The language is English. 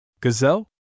Gazelle